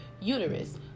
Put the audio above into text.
uterus